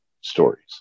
stories